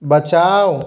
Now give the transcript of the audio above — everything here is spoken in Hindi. बचाओ